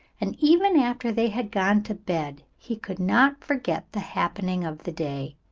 and even after they had gone to bed he could not forget the happening of the day,